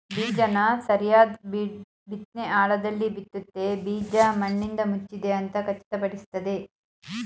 ಬೀಜನ ಸರಿಯಾದ್ ಬಿತ್ನೆ ಆಳದಲ್ಲಿ ಬಿತ್ತುತ್ತೆ ಬೀಜ ಮಣ್ಣಿಂದಮುಚ್ಚಿದೆ ಅಂತ ಖಚಿತಪಡಿಸ್ತದೆ